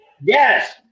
Yes